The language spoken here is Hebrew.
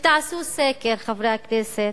ותעשו סקר, חברי הכנסת,